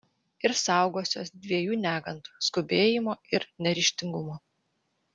ir saugosiuos dviejų negandų skubėjimo ir neryžtingumo